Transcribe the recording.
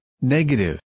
negative